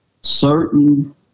certain